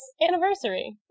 anniversary